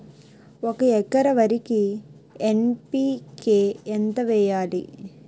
ఒక ఎకర వరికి ఎన్.పి కే ఎంత వేయాలి?